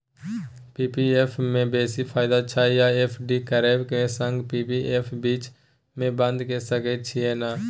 P P F म बेसी फायदा छै या एफ.डी करबै म संगे पी.पी एफ बीच म बन्द के सके छियै न?